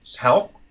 health